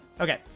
Okay